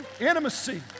intimacy